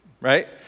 right